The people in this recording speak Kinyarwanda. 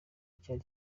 cyari